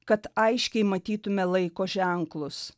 kad aiškiai matytume laiko ženklus